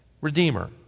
Redeemer